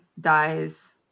dies